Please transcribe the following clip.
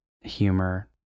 humor